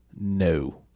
No